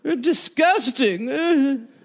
Disgusting